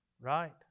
right